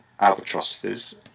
albatrosses